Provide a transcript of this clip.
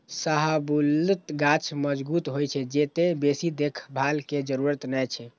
शाहबलूत गाछ मजगूत होइ छै, तें बेसी देखभाल के जरूरत नै छै